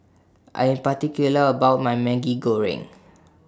I Am particular about My Maggi Goreng